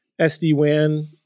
SD-WAN